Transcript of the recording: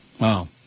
Wow